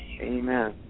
Amen